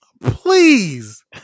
Please